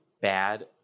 bad